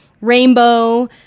Rainbow